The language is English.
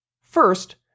First